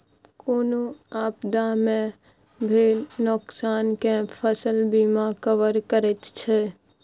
कोनो आपदा मे भेल नोकसान केँ फसल बीमा कवर करैत छै